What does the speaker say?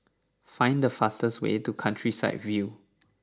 find the fastest way to Countryside View